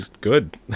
Good